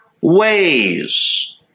ways